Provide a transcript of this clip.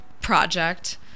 project